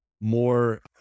more